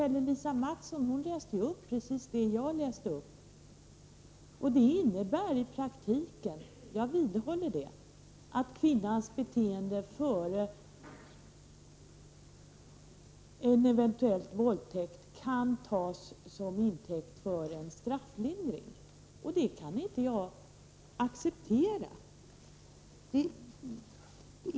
Lisa Mattson läste upp precis det jag läste upp, och det innebär i praktiken — jag vidhåller det — att kvinnans beteende före en eventuell våldtäkt kan tas till intäkt för en strafflindring. Det kan inte jag acceptera.